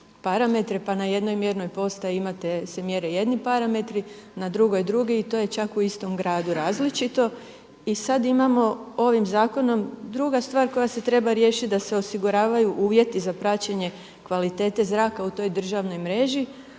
pa na jednoj mjernoj postaji imate, se mjere jedni parametri, na drugoj drugi i to je čak u istom gradu različito. I sada imamo ovim zakonom, druga stvar koja se treba riješiti da se osiguravaju uvjeti za praćenje kvalitete zraka u toj državnoj mreži